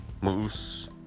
Moose